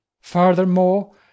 furthermore